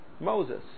Moses